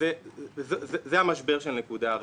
וזה המשבר של הנקודה הראשונה.